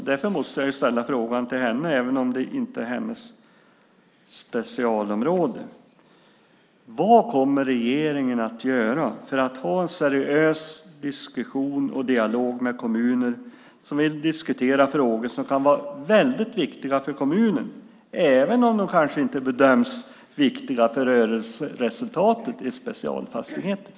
Därför måste jag ställa frågan till henne även om det inte är hennes specialområde: Vad kommer regeringen att göra för att ha en seriös diskussion och dialog med kommuner som vill diskutera frågor som kan vara viktiga för kommunen, även om de inte bedöms viktiga för rörelseresultatet i Specialfastigheter?